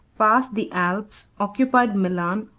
passed the alps, occupied milan,